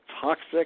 toxic